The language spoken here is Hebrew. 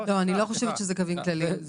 אני לא חושבת שזה קווים כלליים.